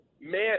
man